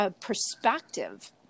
perspective